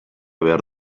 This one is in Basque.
behar